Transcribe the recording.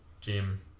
Gym